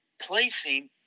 placing